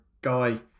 guy